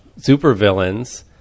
supervillains